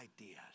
ideas